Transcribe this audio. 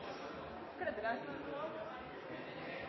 presidenten